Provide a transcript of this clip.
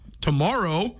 Tomorrow